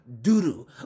doo-doo